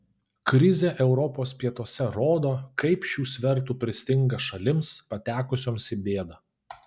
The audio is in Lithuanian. krizė europos pietuose rodo kaip šių svertų pristinga šalims patekusioms į bėdą